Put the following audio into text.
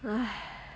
!hais!